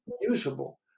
usable